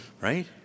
Right